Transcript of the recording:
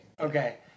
Okay